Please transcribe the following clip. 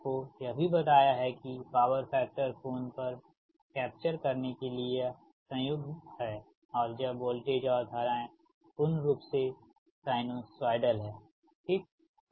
मैंने आपको यह भी बताया है कि पॉवर फैक्टर कोण पर कैप्चर करने के लिए यह संयुग्म है और जब वोल्टेज और धाराएं पूर्ण रूप से साइनोसोइडल हैं ठीक